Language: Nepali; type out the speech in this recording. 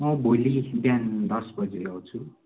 म भोलिदेखि बिहान दस बजे आउँछु